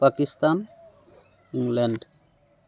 Pakistan England